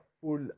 full